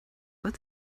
what